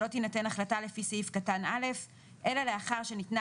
שלא תינתן החלטה לפי סעיף קטן (א) אלא לאחר שניתנה